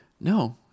no